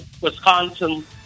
Wisconsin